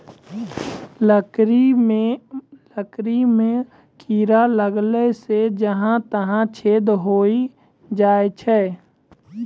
लकड़ी म कीड़ा लगला सें जहां तहां छेद होय जाय छै